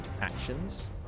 actions